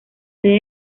sede